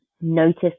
notice